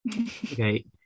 Okay